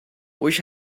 wish